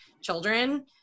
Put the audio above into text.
children